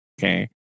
Okay